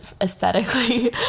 aesthetically